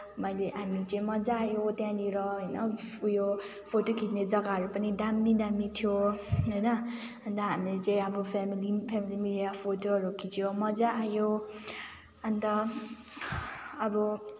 मैले हामी चाहिँ मज्जा आयो त्यहाँनिर होइन उयो फोटो खिँच्ने जग्गाहरू पनि दामी दामी थियो होइन अन्त हामी चाहिँ फ्यामिली फ्यामिली त्यहाँ फोटोहरू खिच्योँ मजाहरू आयो अन्त अब